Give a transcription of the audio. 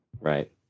right